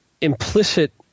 implicit